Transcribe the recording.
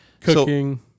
cooking